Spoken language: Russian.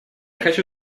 хочу